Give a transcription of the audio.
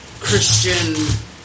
Christian